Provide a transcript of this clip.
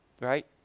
right